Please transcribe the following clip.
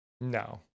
No